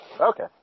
Okay